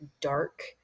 dark